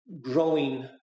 growing